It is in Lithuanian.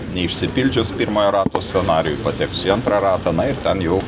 neišsipildžius pirmojo rato scenarijui pateksiu į antrą ratą na ir ten jau